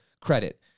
credit